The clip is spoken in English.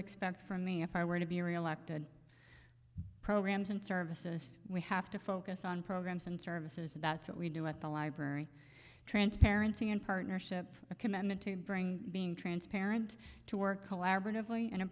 expect from me if i were to be reelected programs and services we have to focus on programs and services and that's what we do at the library transparency in partnership a commitment to bring being transparent to work collaborative